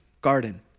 Garden